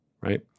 Right